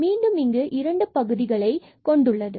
மீண்டும் இங்கு இரண்டு பகுதிகளை 2y and 12 x2 கொண்டுள்ளது